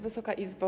Wysoka Izbo!